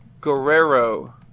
Guerrero